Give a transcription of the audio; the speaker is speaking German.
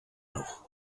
noch